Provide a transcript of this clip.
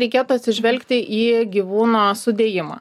reikėtų atsižvelgti į gyvūno sudėjimą